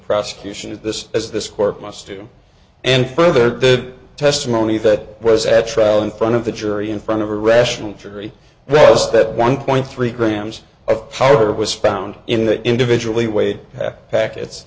prosecution of this as this court must do and further that testimony that was at trial in front of the jury in front of a rational jury was that one point three grams of powder was found in that individually weighed packets